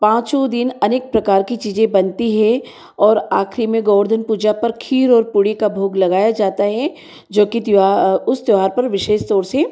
पाँचों दिन अनेक प्रकार की चीज़ें बनती है और आखिरी में गोवर्धन पूजा पर खीर और पूड़ी का भोग लगाया जाता है जो कि उस त्योहार पर विशेष तौर से